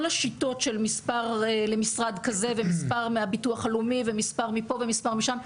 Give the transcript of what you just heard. כל השיטות של מספר למשרד כזה ומספר מהביטוח הלאומי ומספר מפה ומספר משם,